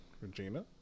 Regina